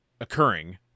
occurring